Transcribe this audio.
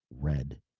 Red